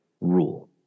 rule